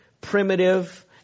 primitive